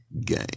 game